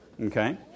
Okay